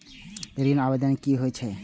ऋण आवेदन की होय छै?